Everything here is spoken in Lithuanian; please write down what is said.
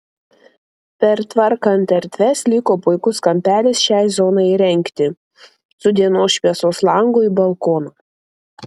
pertvarkant erdves liko puikus kampelis šiai zonai įrengti su dienos šviesos langu į balkoną